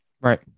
Right